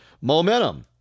momentum